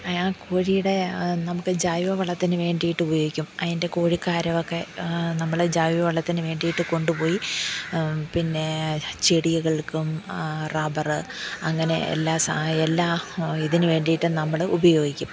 ആ കോഴിയുടെ നമുക്ക് ജൈവ വളത്തിന് വേണ്ടിയിട്ട് ഉപയോഗിക്കും അതിൻ്റെ കോഴിക്കാരമൊക്കെ നമ്മൾ ജൈവ വളത്തിന് വേണ്ടിയിട്ട് കൊണ്ടുപോയി പിന്നെ ചെടികൾക്കും റബറ് അങ്ങനെ എല്ലാ എല്ലാ ഇതിന് വേണ്ടിയിട്ട് നമ്മൾ ഉപയോഗിക്കും